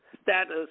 status